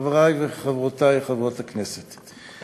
חברי וחברותי חברות הכנסת,